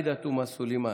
עאידה תומא סלימאן,